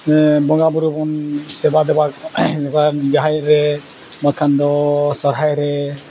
ᱵᱚᱸᱜᱟ ᱵᱩᱨᱩ ᱵᱚᱱ ᱥᱮᱵᱟ ᱫᱮᱵᱟ ᱡᱟᱦᱮᱨ ᱨᱮ ᱵᱟᱠᱷᱟᱱ ᱫᱚ ᱥᱚᱦᱚᱨᱟᱭ ᱨᱮ